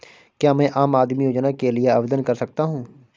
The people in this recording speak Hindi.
क्या मैं आम आदमी योजना के लिए आवेदन कर सकता हूँ?